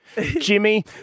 Jimmy